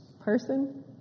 person